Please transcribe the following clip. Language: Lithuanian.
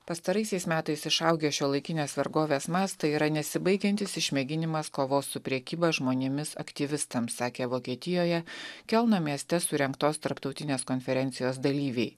pastaraisiais metais išaugę šiuolaikinės vergovės mastai yra nesibaigiantis išmėginimas kovos su prekyba žmonėmis aktyvistams sakė vokietijoje kelno mieste surengtos tarptautinės konferencijos dalyviai